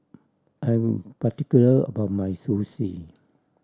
I'm particular about my Sushi